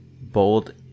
bold